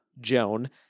Joan